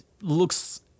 looks